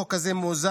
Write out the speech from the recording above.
החוק הזה מאוזן,